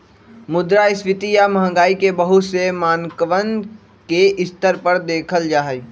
मुद्रास्फीती या महंगाई के बहुत से मानकवन के स्तर पर देखल जाहई